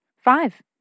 Five